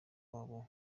wabo